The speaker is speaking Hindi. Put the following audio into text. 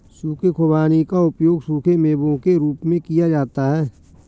सूखे खुबानी का उपयोग सूखे मेवों के रूप में किया जाता है